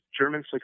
German